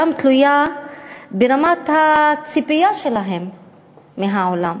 גם תלויה ברמת הציפייה שלהן מהעולם,